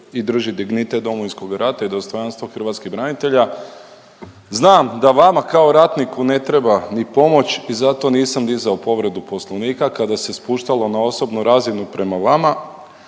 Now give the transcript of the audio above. i drži dignitet Domovinskog rata i dostojanstva hrvatskih branitelja. Znam da vama kao ratniku ne treba ni pomoć i zato nisam dizao povredu Poslovnika. Kada se spuštalo na osobnu razinu prema vama,